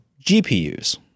GPUs